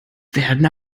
werden